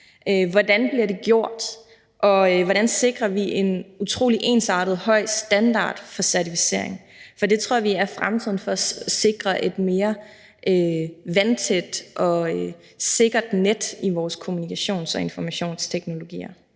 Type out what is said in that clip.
Hvordan bliver det gjort? Hvordan sikrer vi en ensartet og høj standard for certificeringen? Det tror vi er fremtiden for at sikre et mere tætmasket og sikkert net i vores kommunikations- og informationsteknologier.